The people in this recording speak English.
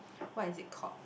what is it called